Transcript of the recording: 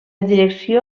direcció